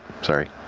sorry